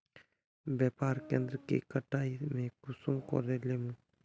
व्यापार केन्द्र के कटाई में कुंसम करे लेमु?